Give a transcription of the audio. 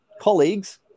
colleagues